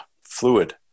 fluid